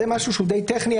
זה משהו שהוא די טכני.